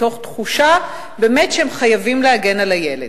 מתוך תחושה שהם חייבים להגן על הילד.